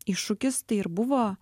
iššūkis tai ir buvo